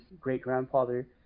great-grandfather